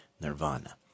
nirvana